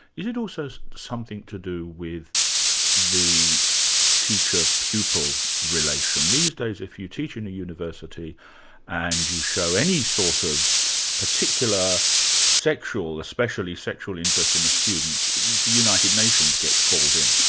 is it also something to do with the teacher-pupil relation? these days, if you teach in a university and you show any sort of particular sexual, especially sexual interest in a student, the united nations gets called in.